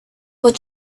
what